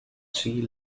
sea